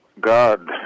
God